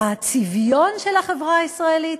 לצביון של החברה הישראלית,